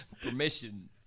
Permission